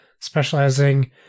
specializing